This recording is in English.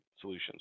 solutions